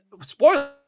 spoil